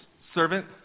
servant